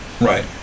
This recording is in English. Right